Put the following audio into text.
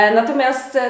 Natomiast